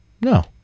no